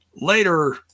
later